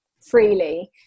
freely